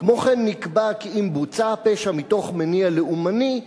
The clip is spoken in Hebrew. כמו כן נקבע כי אם בוצע הפשע מתוך מניע לאומני,